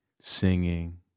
singing